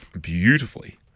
beautifully